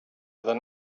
than